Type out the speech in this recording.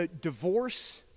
divorce